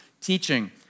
teaching